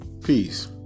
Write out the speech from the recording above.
Peace